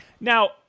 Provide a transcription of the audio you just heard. Now